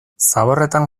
zaborretan